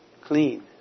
clean